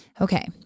Okay